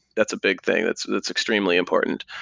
that's a big thing. that's that's extremely important.